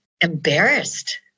embarrassed